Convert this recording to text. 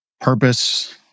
purpose